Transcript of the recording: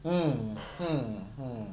mm mm